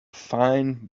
fine